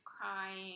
crying